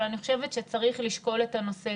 אבל אני חושבת שצריך לשקול את הנושא,